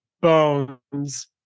Bones